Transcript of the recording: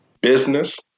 business